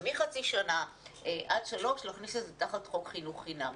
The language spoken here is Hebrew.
ומחצי שנה עד שלוש להכניס את תחת חוק חינוך חינם.